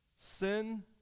Sin